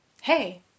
hey